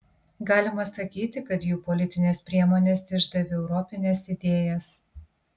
galima sakyti kad jų politinės priemonės išdavė europines idėjas